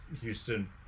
Houston